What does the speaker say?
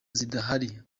zidahari